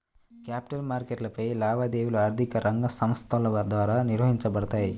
capital మార్కెట్లపై లావాదేవీలు ఆర్థిక రంగ సంస్థల ద్వారా నిర్వహించబడతాయి